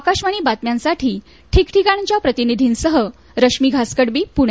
आकाशवाणी बातम्यांसाठी ठिकठिकाणच्या प्रतिनिधींसह रश्मी घासकडबी पुणे